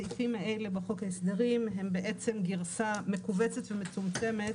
הסעיפים האלה בחוק ההסדרים הם בעצם גרסה מכווצת ומצומצמת